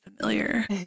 familiar